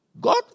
God